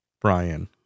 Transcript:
Brian